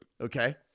Okay